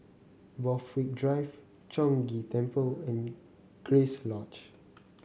Borthwick Drive Chong Ghee Temple and Grace Lodge